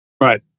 Right